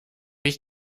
ich